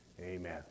Amen